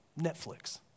Netflix